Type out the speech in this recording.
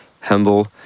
humble